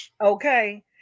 Okay